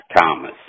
Thomas